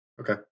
Okay